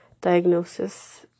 diagnosis